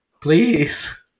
Please